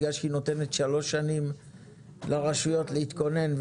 בגלל שהיא נותנת שלוש שנים לרשויות להתכונן,